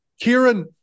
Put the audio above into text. Kieran